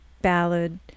ballad